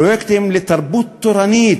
פרויקטים לתרבות תורנית,